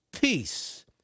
peace